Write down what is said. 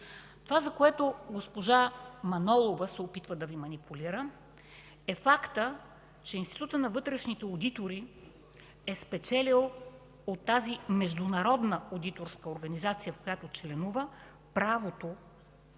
Това, за което госпожа Манолова се опитва да Ви манипулира, е фактът, че Институтът на вътрешните одитори е спечелил от тази международна одиторска организация, в която членува, правото